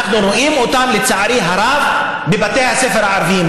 אנחנו רואים אותם, לצערי הרב, בבתי הספר הערביים.